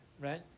right